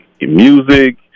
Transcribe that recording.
music